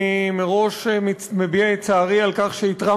אני מראש מביע את צערי על כך שאיתרע